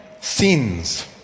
sins